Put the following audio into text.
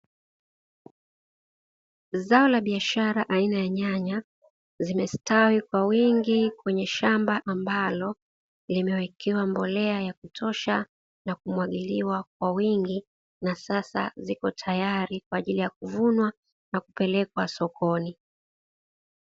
Zao la biashara aina ya nyanya zimestawi kwa wingi kwenye shamb, ambalo limewekewa mbolea ya kutosha na kumwagiliwa kwa wingi na sasa zipo tayari kwa ajili ya kuvunwa na kupelekwa sokoni.